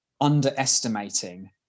underestimating